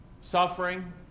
suffering